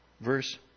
verse